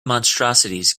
monstrosities